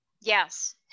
yes